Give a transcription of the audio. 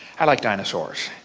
i like dinosaurs.